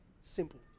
Simple